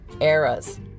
eras